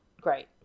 great